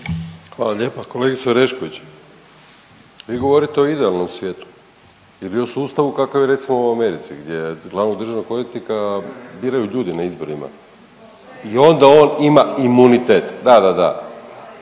Hvala lijepa. Kolegice Orešković vi govorite o idealnom svijetu ili o sustavu kakav je recimo u Americi gdje glavnog državnog odvjetnika biraju ljudi na izborima. I onda on ima imunitet. Da, da, da